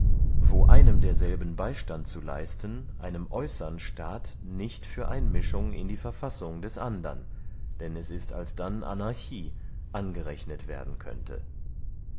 wo einem derselben beystand zu leisten einem äußern staat nicht für einmischung in die verfassung des andern denn es ist alsdann anarchie angerechnet werden könnte